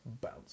bounce